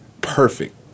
perfect